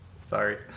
Sorry